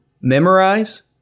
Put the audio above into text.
memorize